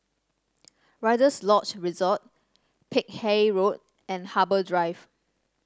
Rider's Lodge Resort Peck Hay Road and Harbour Drive